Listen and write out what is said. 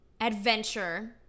Adventure